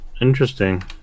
Interesting